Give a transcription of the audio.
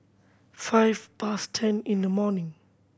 five past ten in the morning